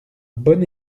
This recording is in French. bon